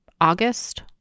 august